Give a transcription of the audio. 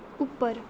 उप्पर